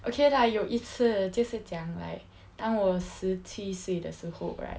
okay lah 有一次就是讲 like 当我十七岁的时候 right